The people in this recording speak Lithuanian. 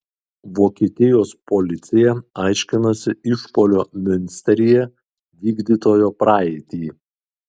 vokietijos policija aiškinasi išpuolio miunsteryje vykdytojo praeitį